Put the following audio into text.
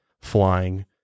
flying